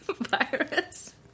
virus